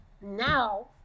now